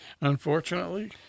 Unfortunately